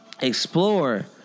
Explore